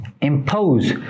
impose